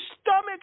stomach